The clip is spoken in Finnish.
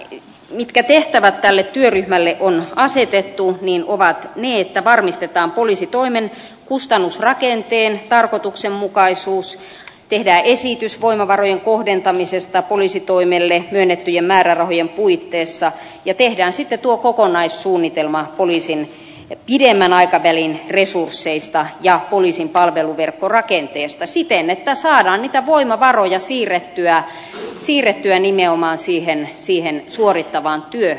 ne tehtävät jotka tälle työryhmälle on asetettu ovat ne että varmistetaan poliisitoimen kustannusrakenteen tarkoituksenmukaisuus tehdään esitys voimavarojen kohdentamisesta poliisitoimelle myönnettyjen määrärahojen puitteissa ja tehdään sitten tuo kokonaissuunnitelma poliisin pidemmän aikavälin resursseista ja poliisin palveluverkkorakenteesta siten että saadaan niitä voimavaroja siirrettyä nimenomaan siihen suorittavaan työhön